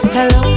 Hello